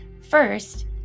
First